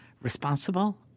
responsible